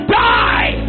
die